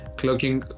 clocking